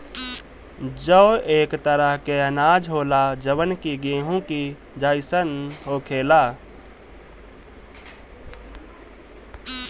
जौ एक तरह के अनाज होला जवन कि गेंहू के जइसन होखेला